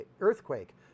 earthquake